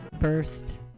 first